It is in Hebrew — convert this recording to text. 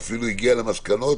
ואפילו הגיעה למסקנות,